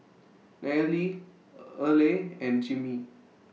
Nayeli Earle and Jimmy